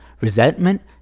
resentment